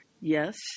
Yes